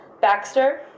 Baxter